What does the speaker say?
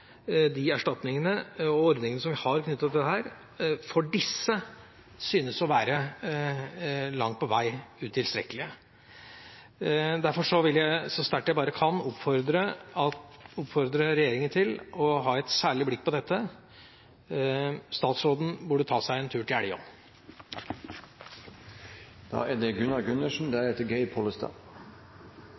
de erstatningene og ordningene vi har, knyttet til dette, for disse synes å være langt på vei utilstrekkelige. Derfor vil jeg så sterkt jeg bare kan, oppfordre regjeringa til å ha et særlig blikk på dette. Statsråden burde ta seg en tur